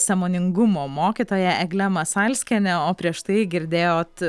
sąmoningumo mokytoja egle masalskiene o prieš tai girdėjot